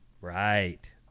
Right